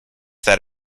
that